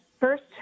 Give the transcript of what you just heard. first